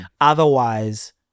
Otherwise